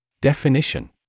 Definition